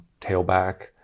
tailback